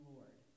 Lord